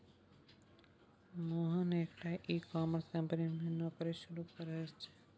मोहन एकटा e commerce company मे नौकरी शुरू केने रहय